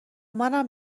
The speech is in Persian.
منم